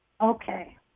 Okay